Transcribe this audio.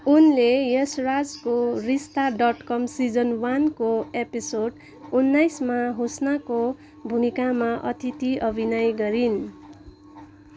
उनले यशराजको Rishta dot com season वानको एपिसोड उन्नाइसमा हुस्नाको भूमिकामा अतिथि अभिनय गरिन्